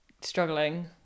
struggling